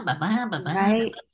Right